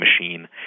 machine